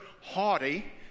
haughty